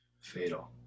fatal